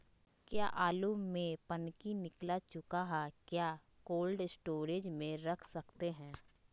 क्या आलु में पनकी निकला चुका हा क्या कोल्ड स्टोरेज में रख सकते हैं?